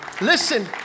listen